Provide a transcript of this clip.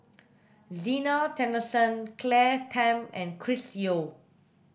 Zena Tessensohn Claire Tham and Chris Yeo